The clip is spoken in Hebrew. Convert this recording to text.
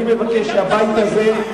אני מבקש מהבית הזה,